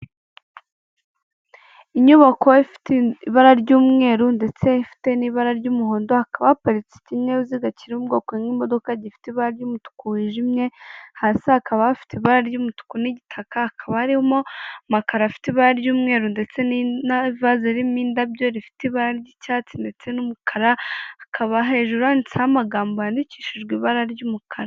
Inyubako ifite ibara ry'umweru ndetse ifite n'ibara ry'umuhondo hakaba haparitse ikinyabiziga kiri ubwoko nk'imodoka gifite ibara ry'umutuku wijimye, hasi hakaba bafite ibara ry'umutuku n'igitaka, hakaba harimo amakaro afite ibara ry'umweru ndetse n'avaze ririmo indabyo rifite ibara ry'icyatsi ndetse n'umukara akaba hejuru handitseho amagambo yandikishijwe ibara ry'umukara.